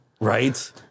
Right